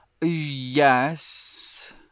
Yes